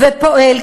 ופועל,